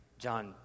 John